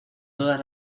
todas